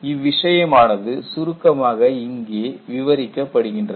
இவ்விஷயம் ஆனது சுருக்கமாக இங்கே விவரிக்கப்படுகின்றது